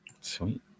Sweet